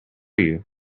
you